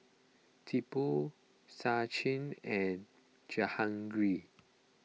Tipu Sachin and Jehangirr